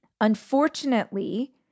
Unfortunately